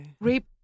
rape